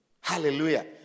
Hallelujah